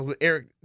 Eric